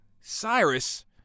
Cyrus